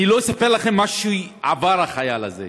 אני לא אספר לכם מה שעבר החייל הזה,